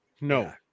No